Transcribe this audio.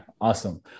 Awesome